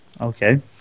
Okay